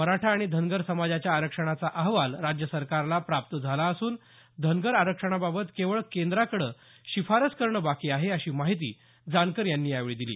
मराठा आणि धनगर समाजाच्या आरक्षणाचा अहवाल राज्य सरकारला प्राप्त झाला असून धनगर आरक्षणाबाबत केवळ केंद्राकडे शिफारस करणं बाकी आहे अशी माहिती जानकर यांनी यावेळी दिली